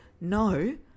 no